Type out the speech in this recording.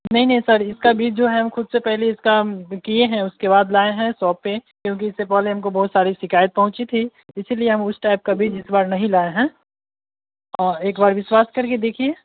नहीं नहीं सर इसका बीज जो है हम खुद से पहले इसका किए हैं उसके बाद लाएँ है शॉप पर क्योंकि इससे पहले हमको बहुत सारी शिकायत पहुँची थी इसीलिए हम उस टाइप का बीज इस बार नहीं लाए हैं और एक बार विश्वास करके देखिए